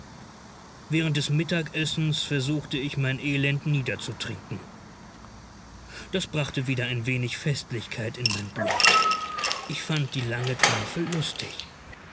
während des mittagessens versuchte ich mein elend niederzutrinken das brachte wieder ein wenig festlichkeit in mein blut ich fand die lange tafel lustig